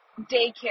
daycare